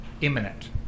imminent